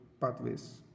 pathways